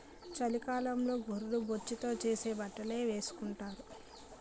చలికాలంలో గొర్రె బొచ్చుతో చేసే బట్టలే ఏసుకొంటారు